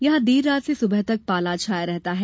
यहां देर रात से सुबह तक पाला छाया रहता है